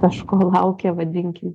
kažko laukia vadinkim